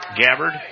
Gabbard